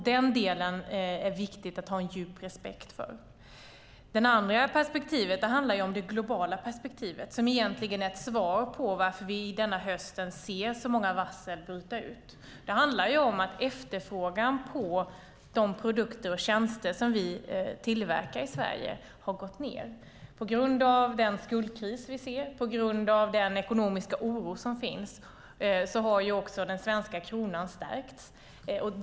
Den delen är det viktigt att ha djup respekt för. Det andra är det globala perspektivet, som egentligen är förklaringen till att vi denna höst ser så många varsel. Det handlar om att efterfrågan på produkter och tjänster från Sverige har gått ned. På grund av den skuldkris vi ser och på grund av den ekonomiska oro som finns har också den svenska kronan stärkts.